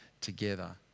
together